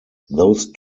those